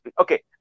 Okay